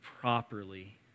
properly